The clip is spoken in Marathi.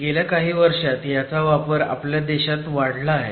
गेल्या काही वर्षात ह्याचा वापर आपल्या देशात वाढला आहे